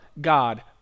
God